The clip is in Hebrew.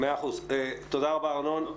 תודה רבה ארנון.